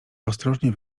ostrożnie